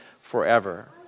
forever